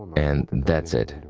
and that's it,